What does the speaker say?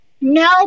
No